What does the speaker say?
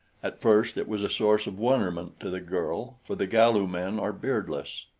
at first it was a source of wonderment to the girl, for the galu men are beardless.